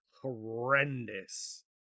horrendous